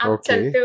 Okay